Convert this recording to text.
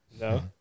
No